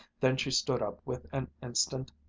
then she stood up with an instant,